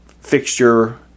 fixture